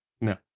No